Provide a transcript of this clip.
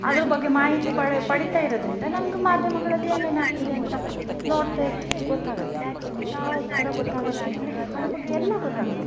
ಅದರ ಬಗ್ಗೆ ಮಾಹಿತಿ ಪಡೆ ಪಡಿತ ಇರೋದರಿಂದ ನಮ್ಗೆ ಮಾಧ್ಯಮಗಳಲ್ ಏನೇನಾಗ್ತಿದೆ ಅಂತ ನೋಡ್ತಾ ಇರ್ತೀವಿ ಗೊತ್ತಾಗುತ್ತೆ ಯಾವ ಥರ ಗೊತ್ತಾಗುತ್ತೆ ಅಂದರೆ ಅದ್ರ ಬಗ್ಗೆ ಎಲ್ಲ ಗೊತ್ತಾಗತ್ತೆ